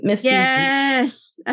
yes